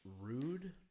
rude